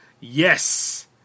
yes